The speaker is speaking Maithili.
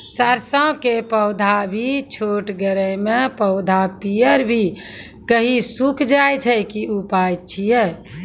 सरसों के पौधा भी छोटगरे मे पौधा पीयर भो कऽ सूख जाय छै, की उपाय छियै?